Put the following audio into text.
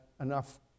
enough